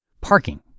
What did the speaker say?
Parking